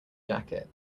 jacket